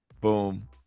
boom